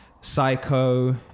psycho